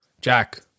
Jack